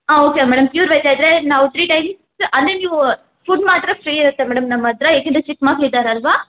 ಹಾಂ okay madam pure veg ಆದರೆ ನಾವು ಥ್ರೀ ಟೈಮ್ಸ್ ಅಂದರೆ ನೀವು ಫುಡ್ ಮಾತ್ರ ಫ್ರೀ ಇರುತ್ತೆ ಮೇಡಮ್ ನಮ್ಮ ಹತ್ರ ಏಕೆಂದರೆ ಚಿಕ್ಕಮಕ್ಳು ಇದ್ದಾರಲ್ವಾ